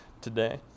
today